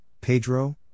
Pedro